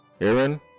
Aaron